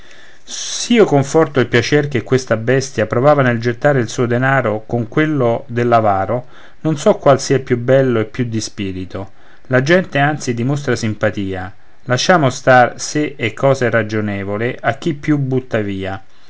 zoppa s'io confronto il piacer che questa bestia provava nel gettare il suo denaro con quello dell'avaro non so qual sia più bello e più di spirito la gente anzi dimostra simpatia lasciamo star se è cosa ragionevole a chi più butta via